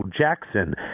Jackson